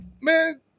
Man